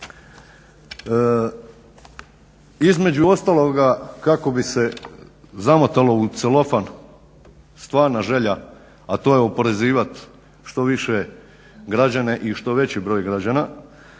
Između ostaloga kako bi se zamotala u celofan stvarna želja, a to je oporezivati što više građane i što veći broj građana